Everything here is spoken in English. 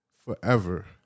Forever